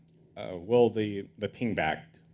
well the the ping backed.